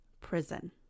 prison